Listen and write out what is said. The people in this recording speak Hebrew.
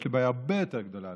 יש לי בעיה הרבה יותר גדולה,